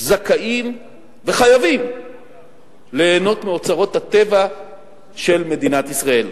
זכאים וחייבים ליהנות מאוצרות הטבע של מדינת ישראל.